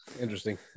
Interesting